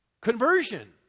Conversion